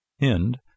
End